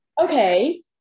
okay